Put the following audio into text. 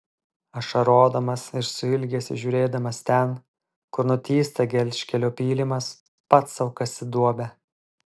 ašarodamas ir su ilgesiu žiūrėdamas ten kur nutįsta gelžkelio pylimas pats sau kasi duobę